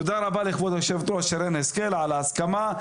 תודה רבה לכבוד היושבת-ראש שרן השכל על ההסכמה,